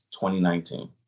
2019